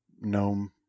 gnome